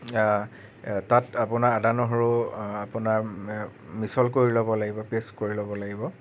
তাত আপোনাৰ আদা নহৰু আপোনাৰ মিহল কৰি ল'ব লাগিব পেষ্ট কৰি ল'ব লাগিব